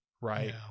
right